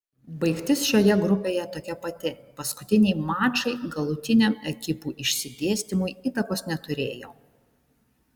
baigtis šioje grupėje tokia pati paskutiniai mačai galutiniam ekipų išsidėstymui įtakos neturėjo